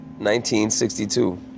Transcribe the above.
1962